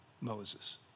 Moses